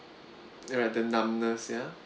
there are the numbness yeah